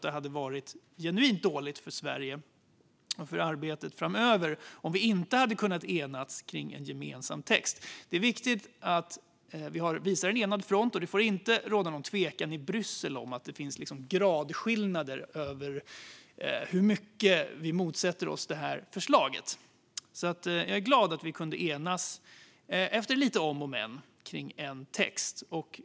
Det hade varit genuint dåligt för Sverige och för arbetet framöver om vi inte hade kunnat enas om en gemensam text. Det är viktigt att vi visar en enad front. Det får inte råda någon tvekan i Bryssel om att det finns gradskillnader i hur mycket vi motsätter oss detta förslag. Jag är glad att vi kunde enas efter lite om och men om en text.